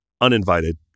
uninvited